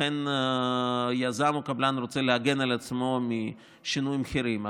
לכן יזם או קבלן רוצה להגן על עצמו משינוי המחירים.